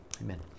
Amen